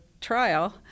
trial